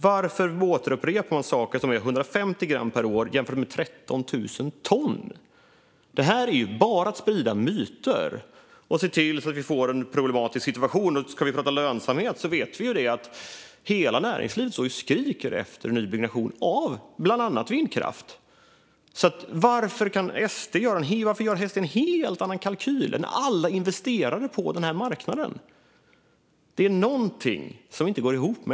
Varför upprepa saker om 150 gram per år jämfört med 13 000 ton? Det är ju bara att sprida myter och att se till att vi får en problematisk situation. Om vi ska prata lönsamhet vet vi ju att hela näringslivet skriker efter nybyggnation av bland annat vindkraft. Varför gör SD en helt annan kalkyl än alla investerare på den marknaden? Det är någonting med SD:s politik som inte går ihop.